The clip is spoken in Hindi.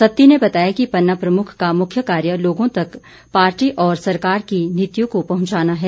सत्ती ने बताया कि पन्ना प्रमुख का मुख्य कार्य लोगों तक पार्टी और सरकार की नीतियों को पहुंचाना है